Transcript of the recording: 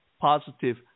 positive